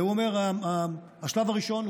והוא אומר: השלב הראשון,